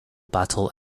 battle